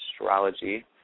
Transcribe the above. astrology